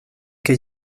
que